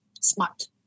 smart